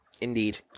Indeed